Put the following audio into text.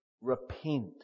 Repent